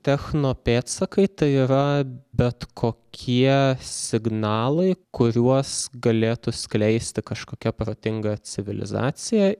technopėdsakai tai yra bet kokie signalai kuriuos galėtų skleisti kažkokia protinga civilizacija